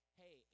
hey